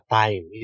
time